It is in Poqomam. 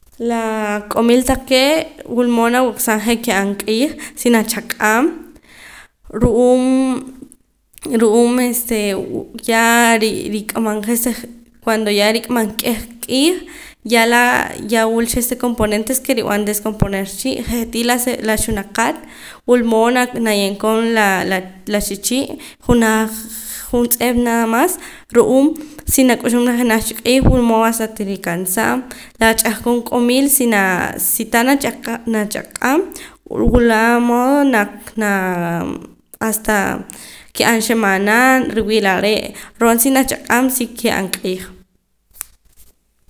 La q'omil taqee' wulmood nawaqsaam je' ka'ab' q'iij si nachaq'aam ru'uum ru'uum este ya rik'amam je'sa ccuando ya rik'amam k'eh q'iij ya laa ya wulcha je' sa componente que rib'an descomponer chii' je'tii la se la xunakat wulmood naye'eem koon la laa sichii' junaj juntz'ep nada mas ru'uum si nak'uxum la jenaj cha q'iij wulmood hasta tirikansaam la ch'ahqon q'omil si naa si tah nachaq'aam wula mood na naa hasta ka'ab' xamaana riwii' lare' ro'na si nachaq'aam si ka'ab' q'iij